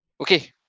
Okay